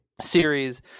series